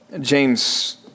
James